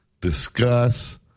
discuss